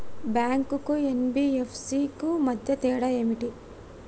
Bank కు NBFC కు మధ్య తేడా ఏమిటి?